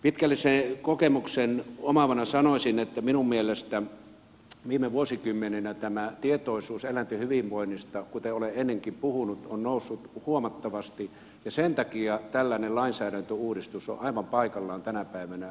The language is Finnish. pitkällisen kokemuksen omaavana sanoisin että minun mielestäni viime vuosikymmenenä tämä tietoisuus eläinten hyvinvoinnista kuten olen ennenkin puhunut on noussut huomattavasti ja sen takia tällainen lainsäädäntöuudistus on aivan paikallaan tänä päivänä